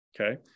Okay